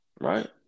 Right